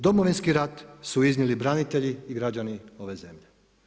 Domovinski rat su iznijeli branitelji i građani ove zemlje.